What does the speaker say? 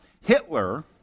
Hitler